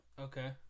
Okay